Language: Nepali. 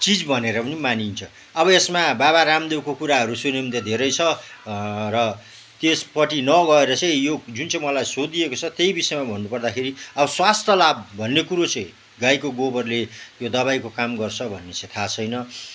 चिज भनेर पनि मानिन्छ अब यसमा बाबा रामदेवको कुराहरू सुने भने त धेरै छ र त्यसपट्टि नगएर चाहिँ यो जुन चाहिँ मलाई सोधिएको छ त्यही विषयमा भन्नुपर्दाखेरि अब स्वास्थ्य लाभ भन्नेकुरो चाहिँ गाईको कुरोले यो दबाईको काम गर्छ भन्ने चाहिँ थाहा छैन